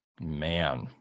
Man